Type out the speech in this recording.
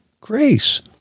grace